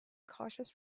cautious